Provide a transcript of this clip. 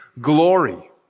glory